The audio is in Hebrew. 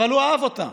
אבל הוא אהב אותה.